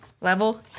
level